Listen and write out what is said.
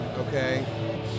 okay